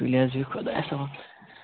تُلِو حظ بِہِو خۄدایَس حَوال